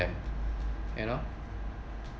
them you know